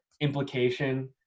implication